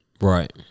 Right